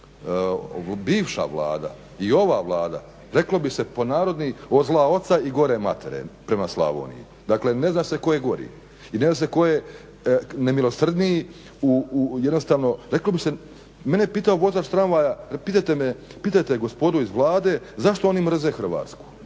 bivša Vlada i ova Vlada reklo bi se po narodni od zla oca i gore matere prema Slavoniji, dakle ne zna se tko je gori i ne zna tko je nemilosrdniji. Mene je pitao vozač tramvaja pitajte gospodu iz Vlade zašto oni mrze Hrvatsku,